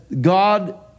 God